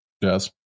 Yes